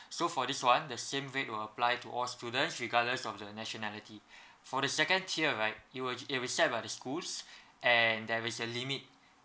so for this one the same weight will applies to all students regardless of the nationality for the second tier right it will it will set by the schools and there is a limit